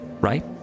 right